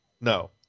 No